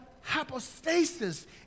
hypostasis